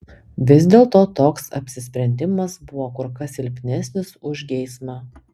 vis dėlto toks apsisprendimas buvo kur kas silpnesnis už geismą